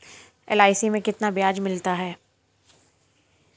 LIC में कितना ब्याज मिलता है?